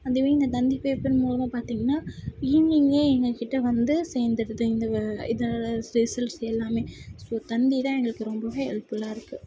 அதுவே இந்த தந்தி பேப்பர் மூலமாக பார்த்தீங்கன்னா ஈவினிங்கே எங்கக்கிட்டே வந்து சேர்ந்துடுது இந்த இதோடய ரிசல்ட்ஸ் எல்லாமே ஸோ தந்தி தான் எங்களுக்கு ரொம்ப ஹெல்ப்ஃபுல்லாக இருக்குது